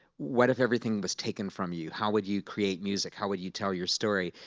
what if everything was taken from you? how would you create music? how would you tell your story?